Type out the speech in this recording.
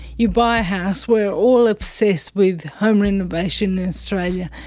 you buy a house. we're all obsessed with home renovation in australia.